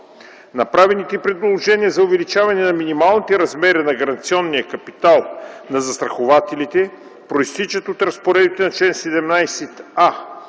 Направените предложения за увеличаване на минималните размери на гаранционния капитал на застрахователите произтичат от разпоредбите на чл.